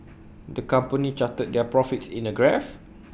the company charted their profits in A graph